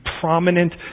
prominent